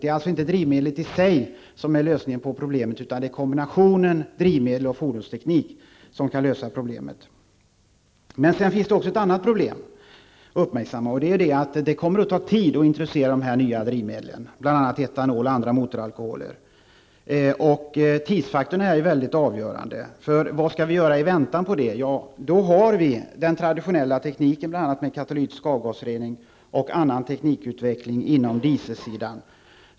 Det är alltså inte drivmedlet i sig som är lösningen på problemet, utan det är en kombination av drivmedel och fordonsteknik som kan lösa problemet. Sedan finns det också ett annat problem att uppmärksamma. Det kommer att ta tid att introducera dessa nya drivmedel, bl.a. etanol och andra motoralkoholer. Tidsfaktorn är mycket avgörande här. Vad skall vi göra i väntan på det? Ja, vi har den traditionella tekniken med bl.a. katalytisk avgasrening och annan teknikutveckling på dieselsidan.